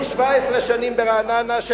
אני 17 שנים ברעננה,